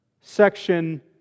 section